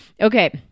Okay